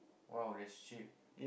!wow! that's cheap